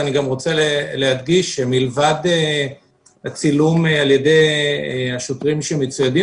אני גם רוצה להדגיש שמלבד הצילום על ידי השוטרים שמצוידים